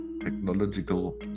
technological